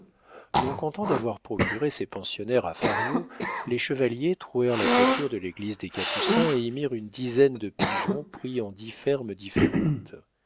non contents d'avoir procuré ces pensionnaires à fario les chevaliers trouèrent la couverture de l'église des capucins et y mirent une dizaine de pigeons pris en dix fermes différentes